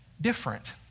different